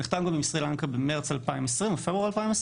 נחתם גם עם סרי לנקה בפברואר או מרס